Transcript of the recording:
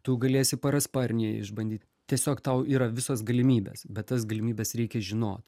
tu galėsi parasparnį išbandyt tiesiog tau yra visos galimybės bet tas galimybes reikia žinot